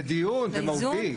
זה מהותי,